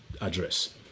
address